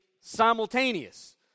simultaneous